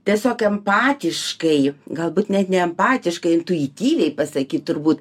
tiesiog empatiškai galbūt net ne empatiškai intuityviai pasaky turbūt